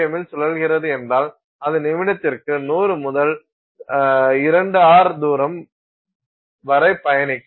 எம்மில் சுழல்கிறது என்றால் அது நிமிடத்திற்கு 100 முதல் 2r தூரம் வரை பயணிக்கும்